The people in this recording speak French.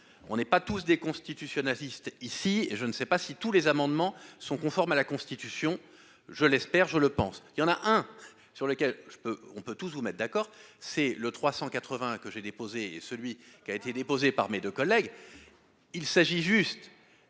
on n'est pas tous des constitutionnalistes ici et je ne sais pas si tous les amendements sont conformes à la constitution, je l'espère, je le pense, il y en a un sur lequel je peux on peut tout soumettre d'accord, c'est le 380 que j'ai déposé, celui qui a été déposée par mes deux collègues, il s'agit juste